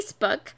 Facebook